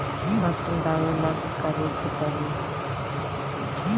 फसल दावेला का करे के परी?